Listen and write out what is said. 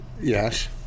Yes